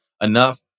enough